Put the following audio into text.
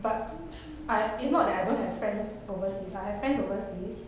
but I it's not that I don't have friends overseas I friends overseas